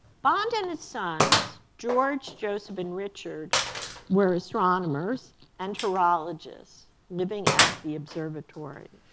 bonding and his sons george, joseph, and richard were astronomers and horologists living at the observatory.